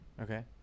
Okay